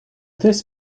this